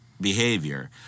behavior